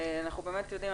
ואנחנו יודעים,